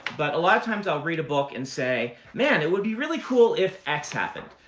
but a lot of times i'll read a book and say, man, it would be really cool if x happened.